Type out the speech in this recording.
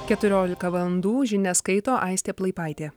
keturiolika valandų žinias skaito aistė plaipaitė